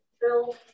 bill